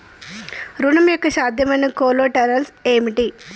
ఋణం యొక్క సాధ్యమైన కొలేటరల్స్ ఏమిటి?